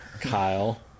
Kyle